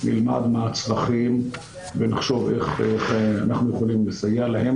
נלמד מה הצרכים ונחשוב איך אנחנו יכולים לסייע להם